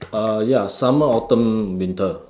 uh ya summer autumn winter